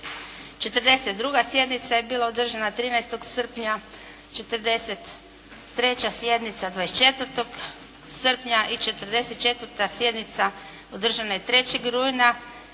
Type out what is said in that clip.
42. sjednica je bila održana 13. srpnja, 43. sjednica 24. srpnja i 44. sjednica održana je 3. rujna